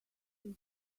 his